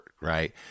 right